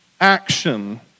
action